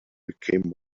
became